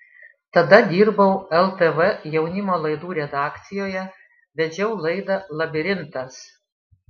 tada dirbau ltv jaunimo laidų redakcijoje vedžiau laidą labirintas